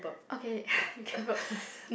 okay you can burp first